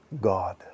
God